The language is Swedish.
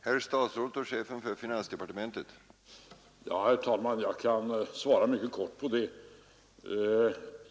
Herr talman! Jag kan svara mycket kort på det här.